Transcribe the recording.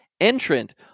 entrant